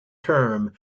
term